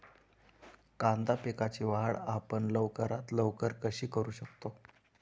कांदा पिकाची वाढ आपण लवकरात लवकर कशी करू शकतो?